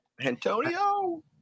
Antonio